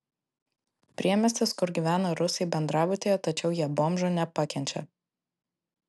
priemiestis kur gyvena rusai bendrabutyje tačiau jie bomžų nepakenčia